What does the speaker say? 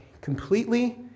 completely